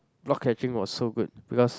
block catching was so good because